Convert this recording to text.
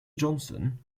johnson